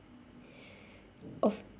of